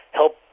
help